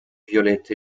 violette